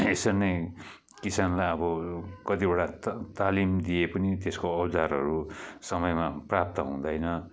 यसरी नै किसानलाई अब कतिवटा त तालिम दिए पनि त्यसको औजारहरू समयमा प्राप्त हुँदैन